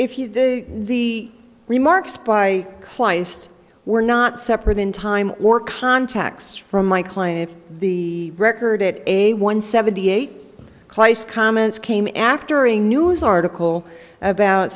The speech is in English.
if you the remarks by kleist were not separate in time or contacts from my client if the record it a one seventy eight kleist comments came after a news article about